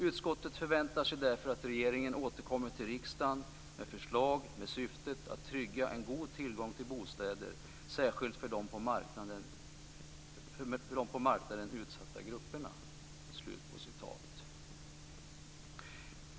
Utskottet förväntar sig därför att regeringen återkommer till riksdagen med förslag med syftet att trygga en god tillgång till bostäder särskilt för de på marknaden utsatta grupperna."